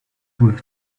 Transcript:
with